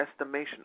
estimation